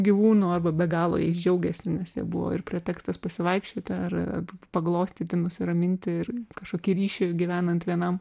gyvūnų arba be galo jais džiaugėsi nes jis buvo ir pretekstas pasivaikščioti ar paglostyti nusiraminti ir kažkokį ryšį gyvenant vienam